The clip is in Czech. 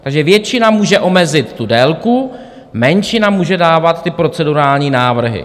Takže většina může omezit tu délku, menšina může dávat ty procedurální návrhy.